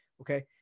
okay